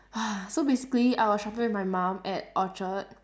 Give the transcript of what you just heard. so basically I was shopping with my mum at orchard